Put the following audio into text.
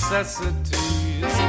necessities